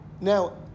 Now